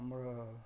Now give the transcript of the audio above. ଆମର